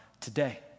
today